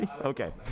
okay